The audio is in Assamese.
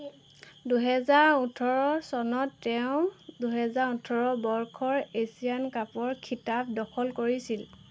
দুহেজাৰ ওঠৰ চনত তেওঁ দুহেজাৰ ওঠৰ বৰ্ষৰ এছিয়ান কাপৰ খিতাপ দখল কৰিছিল